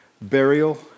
burial